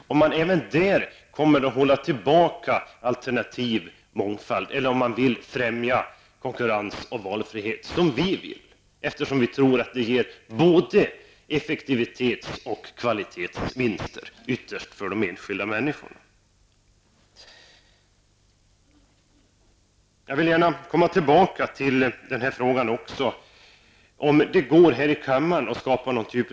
Kommer man även där att hålla tillbaka alternativ och mångfald eller vill man främja konkurrens och valfrihet, som vi vill? Vi tror att det senare ger både effektivitets och kvalitetsvinster, ytterst för de enskilda människorna. Jag vill gärna komma tillbaka till frågan om vem som är uppdragsgivare, kommunerna eller föräldrarna.